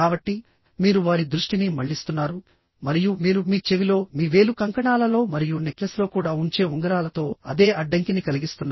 కాబట్టి మీరు వారి దృష్టిని మళ్లిస్తున్నారు మరియు మీరు మీ చెవిలో మీ వేలు కంకణాలలో మరియు నెక్లెస్లో కూడా ఉంచే ఉంగరాలతో అదే అడ్డంకిని కలిగిస్తున్నారు